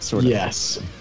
Yes